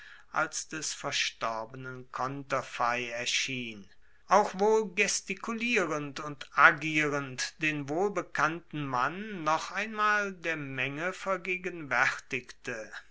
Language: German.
als des verstorbenen konterfei erschien auch wohl gestikulierend und agierend den wohlbekannten mann noch einmal der menge vergegenwaertigte